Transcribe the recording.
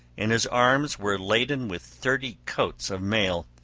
and his arms were laden with thirty coats of mail,